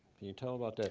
can you tell about that?